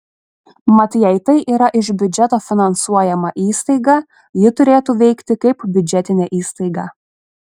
mat jei tai yra iš biudžeto finansuojama įstaiga ji turėtų veikti kaip biudžetinė įstaiga